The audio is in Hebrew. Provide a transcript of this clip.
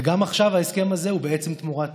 וגם עכשיו, ההסכם הזה הוא בעצם תמורת